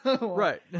Right